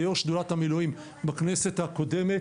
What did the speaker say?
כיושב-ראש שדולת המילואים בכנסת הקודמת,